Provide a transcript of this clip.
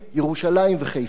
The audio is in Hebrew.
ירושלים וחיפה,